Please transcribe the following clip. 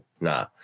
nah